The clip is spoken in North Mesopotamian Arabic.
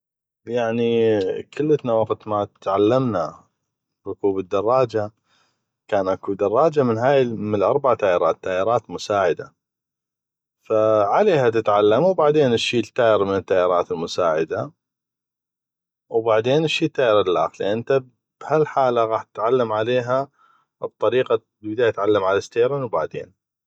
يعني كلتنا وقت ما تعلمنا ركوب الدراجه كان اكو دراجه من هاي اربع تايرات تايرات مساعده ف عليها تتعلم وبعدين تشيل تاير من تايرات مساعده وبعدين تشيل تاير اللاخ لان انته بهالحاله غاح تتعلم عليها بطريقة بالبدايه غاح تتعلم عالستيرن وبعدين